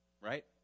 right